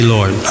Lord